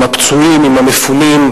עם הפצועים ועם המפונים,